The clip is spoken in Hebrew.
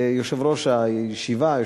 ויושב-ראש הישיבה,